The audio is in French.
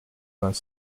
vingt